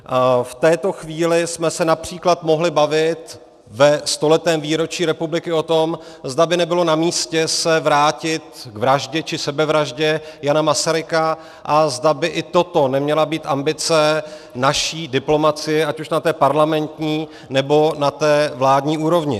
V této chvíli jsme se například mohli bavit ve stoletém výročí republiky o tom, zda by nebylo namístě se vrátit k vraždě či sebevraždě Jana Masaryka a zda by i toto neměla být ambice naší diplomacie, ať už na té parlamentní, nebo na té vládní úrovni.